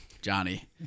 Johnny